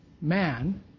man